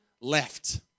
left